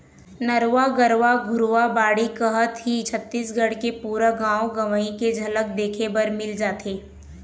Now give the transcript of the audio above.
नरूवा, गरूवा, घुरूवा, बाड़ी कहत ही छत्तीसगढ़ के पुरा गाँव गंवई के झलक देखे बर मिल जाथे